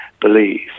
believe